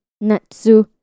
Natsu